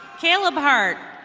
caleb heart.